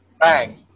Bang